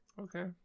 Okay